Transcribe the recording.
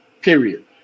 Period